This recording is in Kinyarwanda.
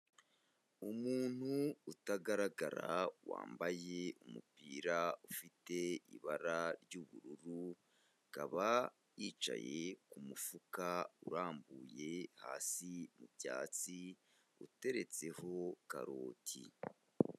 Umuntu utagaragara wambaye umupira ufite ibara ry'ubururu, akaba yicaye ku mufuka urambuye hasi mu byatsi uteretseho karoti.